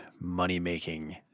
money-making